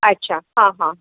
अच्छा हां हां